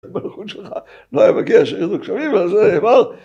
בתכנית שלך, לא היה מגיע שהיינו קשבים על זה, אבל